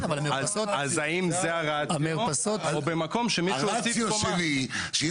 אז האם זה הרציונל או במקום שמישהו הוסיף קומה?